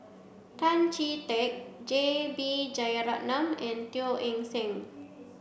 Tan Chee Teck J B Jeyaretnam and Teo Eng Seng